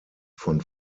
von